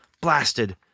blasted